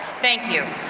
thank you.